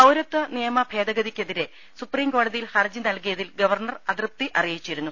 പൌരത്വനിയമഭേദഗതിക്കെതിരെ സുപ്രീംകോടതിയിൽ ഹർജി നൽകിയതിൽ ഗവർണ്ണർ അതൃപ്തി അറിയിച്ചിരുന്നു